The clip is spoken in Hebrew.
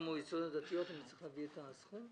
המועצות הדתיות אני צריך להביא את הסכום?